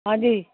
हाँ जी